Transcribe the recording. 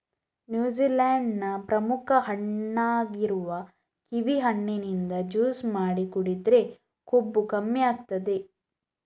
New Zealand ನ ಪ್ರಮುಖ ಹಣ್ಣಾಗಿರುವ ಕಿವಿ ಹಣ್ಣಿನಿಂದ ಜ್ಯೂಸು ಮಾಡಿ ಕುಡಿದ್ರೆ ಕೊಬ್ಬು ಕಮ್ಮಿ ಆಗ್ತದೆ